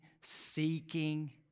seeking